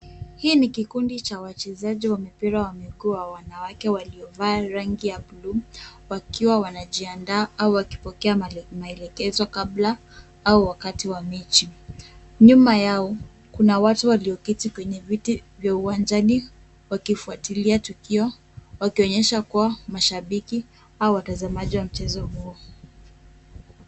Hii ni kikundi cha wachezaji wa mipira wa miguu ya wanawake waliovaa rangi ya bluu wakiwa wanajiandaa au wakipokea maelekezo kabla au wakati wa mechi. Nyuma yao kuna watu walioketi kwenye viti vya uwanjani wakifuatilia tukio, wakionyesha kuwa mashabiki au watazamaji wa mchezo huo.